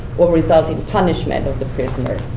or result in punishment of the prisoner.